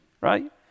right